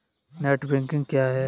Net banking क्या है?